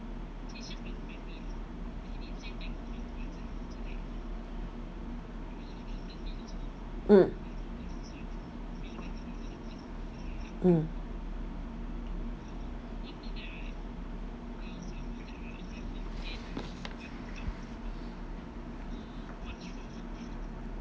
mm mm